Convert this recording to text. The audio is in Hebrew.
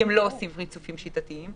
כי הם לא עושים ריצופים שיטתיים.